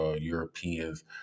Europeans